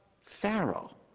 Pharaoh